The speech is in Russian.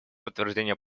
подтверждения